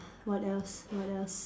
what else what else